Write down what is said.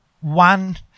one